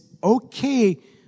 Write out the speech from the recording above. okay